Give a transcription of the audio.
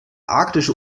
arktische